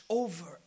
over